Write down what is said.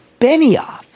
Benioff